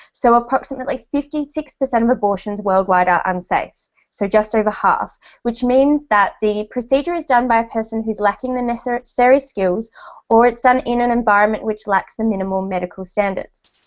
so approximately fifty six percent of abortions worldwide are unsafe so just over half which means that the procedure is done by a person who's lacking the necessary skils or it's done in an environment which lacks the minimal medical standards.